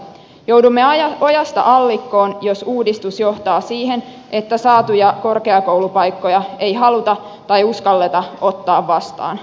joudumme ojasta allikkoon jos uudistus johtaa siihen että saatuja korkeakoulupaikkoja ei haluta tai uskalleta ottaa vastaan